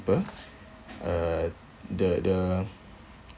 deeper uh the the